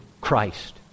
Christ